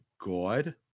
god